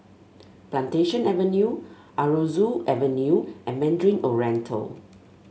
Plantation Avenue Aroozoo Avenue and Mandarin Oriental